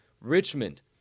Richmond